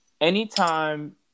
anytime